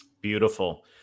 Beautiful